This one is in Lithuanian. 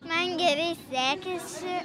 man gerai sekėsi